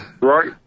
Right